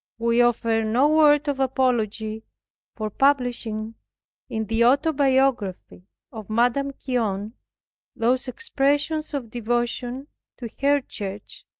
we offer no word of apology for publishing in the autobiography of madame guyon, those expressions of devotion to her church,